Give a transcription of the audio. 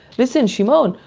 listen, shimon.